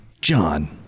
John